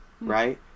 right